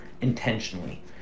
intentionally